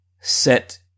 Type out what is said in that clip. set